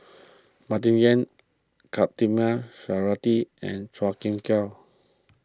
Martin Yan Khatijah Surattee and Chua Kim Yeow